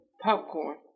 popcorn